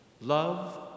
Love